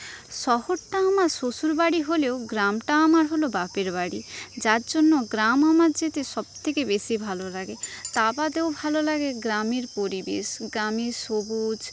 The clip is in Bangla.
শহরটা আমার শ্বশুরবাড়ি হলেও গ্রামটা আমার হল বাপের বাড়ি যার জন্য গ্রাম আমার যেতে সবথেকে বেশি ভালো লাগে তা বাদেও ভালো লাগে গ্রামের পরিবেশ গ্রামের সবুজ